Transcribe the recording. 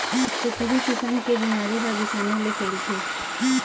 छुतही किसम के बिमारी ह बिसानु ले फइलथे